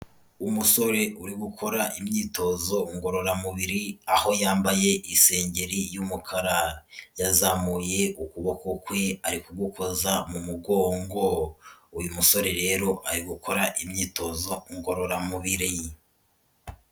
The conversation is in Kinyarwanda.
Umusore uri gukora imyitozo ngororamubiri, aho yambaye isengeri y'umukara, yazamuye ukuboko kwe ari kugukoza mu mugongo, uyu musore rero ari gukora imyitozo ngororamubiri.